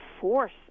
force